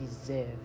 deserve